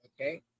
Okay